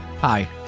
Hi